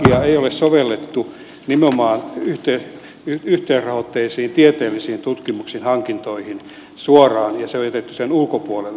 hankintalakia ei ole sovellettu nimenomaan yhteisrahoitteisiin tieteellisiin tutkimuksiin hankintoihin suoraan ja se on jätetty niiden ulkopuolelle